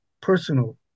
personal